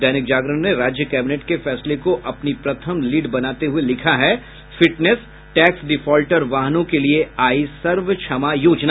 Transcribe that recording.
दैनिक जागरण ने राज्य कैबिनेट के फैसले को अपनी प्रथम लीड बनाते हुए लिखा है फिटनेस टैक्स डिफॉल्टर वाहनों के लिए आई सर्वक्षमा योजना